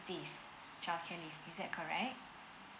days childcare leave is that correct